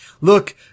look